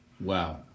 Wow